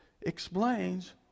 explains